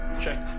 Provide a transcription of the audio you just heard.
check,